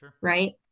right